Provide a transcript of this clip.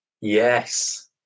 Yes